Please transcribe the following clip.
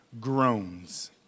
groans